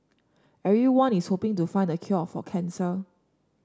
everyone is hoping to find the cure for cancer